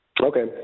Okay